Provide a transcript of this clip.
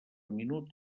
minut